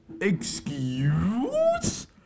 Excuse